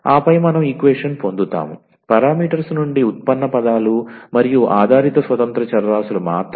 ఆపై మనం ఈక్వేషన్ పొందుతాము పారామీటర్స్ నుండి ఉత్పన్న పదాలు మరియు ఆధారిత స్వతంత్ర చరరాశులు మాత్రమే ఉంటాయి